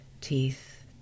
teeth